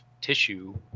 tissue